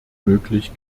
möglich